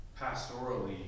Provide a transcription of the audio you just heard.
pastorally